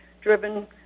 driven